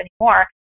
anymore